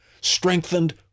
strengthened